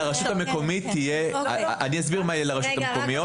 לרשות המקומית תהיה אני אסביר מה יהיה לרשויות המקומיות.